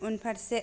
उनफारसे